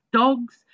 dogs